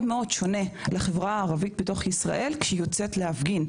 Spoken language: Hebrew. מאוד שונה לחברה הערבית בתוך ישראל כשהיא יוצאת להפגין.